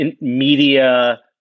media